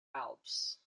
alps